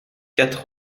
quatre